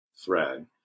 thread